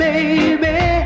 Baby